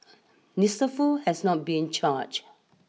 Mister Foo has not been charged